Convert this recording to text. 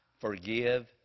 forgive